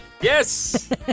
Yes